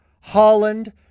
Holland